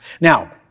Now